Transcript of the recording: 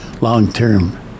long-term